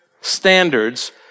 standards